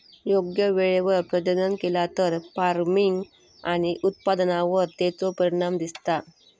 योग्य वेळेवर प्रजनन केला तर फार्मिग आणि उत्पादनावर तेचो परिणाम दिसता